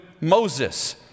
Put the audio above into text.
Moses